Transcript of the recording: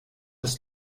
des